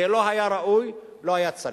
זה לא היה ראוי, לא היה צריך.